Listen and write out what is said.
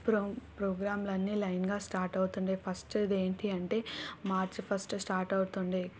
ప్రోం ప్రోగ్రామ్లన్నీ లైన్గా స్టార్ట్ అవుతుండే ఫస్ట్ది ఏంటి అంటే మార్చి ఫస్ట్ స్టార్ట్ అవుతుండే